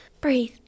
Breathe